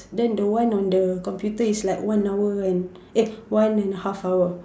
then the one on the computer is like one hour and eh one and a half hour